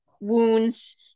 wounds